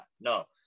no